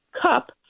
cup